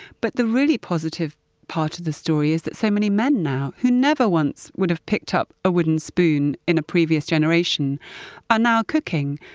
but, the really positive part of the story is that so many men who never once would have picked up a wooden spoon in a previous generation are now cooking.